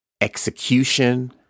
execution